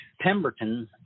Pemberton